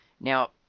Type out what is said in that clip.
Now